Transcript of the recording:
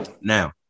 Now